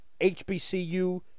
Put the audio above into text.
HBCU